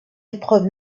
épreuve